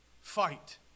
Fight